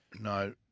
no